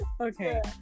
okay